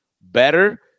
better